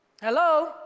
Hello